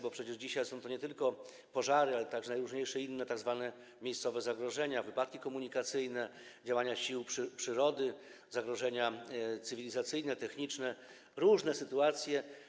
Bo przecież dzisiaj są to nie tylko pożary, ale także najróżniejsze inne tzw. miejscowe zagrożenia, wypadki komunikacyjne, działania sił przyrody, zagrożenia cywilizacyjne, techniczne - chodzi o różne sytuacje.